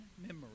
memory